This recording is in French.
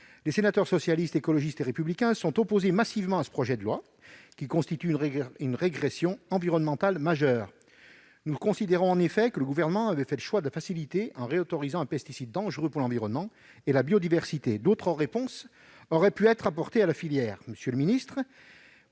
Les sénateurs Socialistes, Écologistes et Républicains se sont opposés massivement à ce projet de loi, qui constitue une régression environnementale majeure. Ils considèrent que le Gouvernement a fait le choix de la facilité en réautorisant un pesticide dangereux pour l'environnement et pour la biodiversité. D'autres réponses auraient pu être apportées à la filière. Comme vous